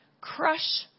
crush